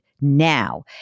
now